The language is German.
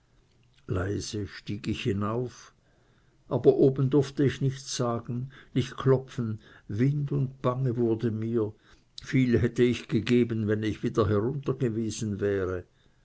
leise stieg ich hinauf aber oben durfte ich nichts sagen nicht klopfen wind und bange wurde mir viel hätte ich gegeben wenn ich wieder hinunter gewesen wäre